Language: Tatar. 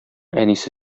әнисе